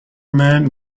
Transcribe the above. man